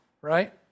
right